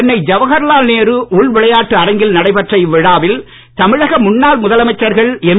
சென்னை ஜவகர்லால் நேரு உள் விளையாட்டு அரங்கில் நடைபெற்ற இவ்விழாவில் தமிழக முன்னாள் முதலமைச்சர்கள் எம்